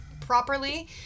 properly